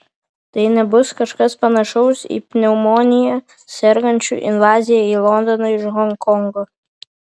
tai nebus kažkas panašaus į pneumonija sergančių invaziją į londoną iš honkongo